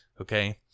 Okay